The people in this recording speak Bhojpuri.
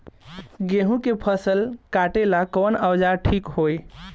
गोभी के फसल काटेला कवन औजार ठीक होई?